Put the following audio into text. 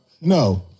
no